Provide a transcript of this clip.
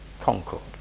Concord